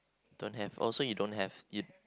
don't have oh so you don't have you~